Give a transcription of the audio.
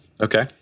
Okay